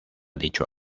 dicho